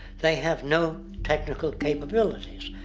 they have no technical capabilities.